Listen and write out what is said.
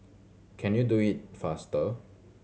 can you do it faster